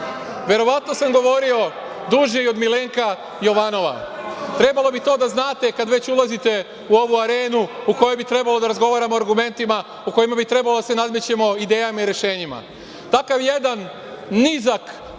verovatno sam govorio duže i od Milenka Jovanova. Trebalo bi to da znate kada već ulazite u ovu arenu u kojoj bi trebalo da razgovaramo argumentima, u kojoj bi trebalo da se nadmećemo idejama i rešenjima. Takav jedan nizak